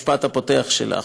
תתאימו את עצמכם בתוך חצי שנה,